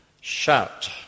shout